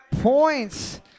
Points